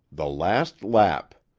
the last lap!